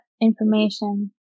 information